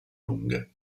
lunghe